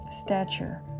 stature